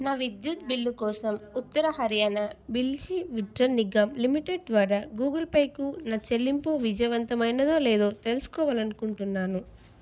నా విద్యుత్ బిల్లు కోసం ఉత్తర హర్యానా బిజిలీ వితరన్ నిగ్గమ్ లిమిటెడ్ ద్వారా గూగుల్ పేకు నా చెల్లింపు విజయవంతమైనదో లేదో తెలుసుకోవాలి అనుకుంటున్నాను